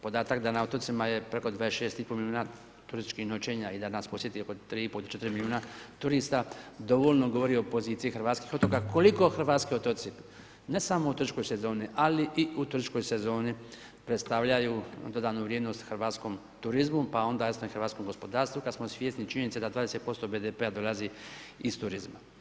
Podatak da na otocima je preko 26,5 milijuna turističkih noćenja i da nas posjeti oko 3,5-4 milijuna turista dovoljno govori o poziciji hrvatskih otoka, koliko hrvatski otoci, ne samo u otočkoj sezoni, ali i u turističkoj sezoni predstavljaju dodanu vrijednost hrvatskom turizmu, pa onda jasno i hrvatskom gospodarstvu kad smo svjesni činjenice da 20% BDP-a dolazi iz turizma.